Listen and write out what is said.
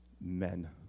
Men